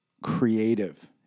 creative